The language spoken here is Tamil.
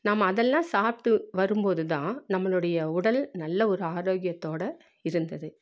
நம்ம அதெல்லாம் சாப்பிட்டு வரும்போதுதான் நம்மளுடைய உடல் நல்ல ஒரு ஆரோக்கியத்தோடு இருந்தது